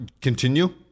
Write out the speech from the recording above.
Continue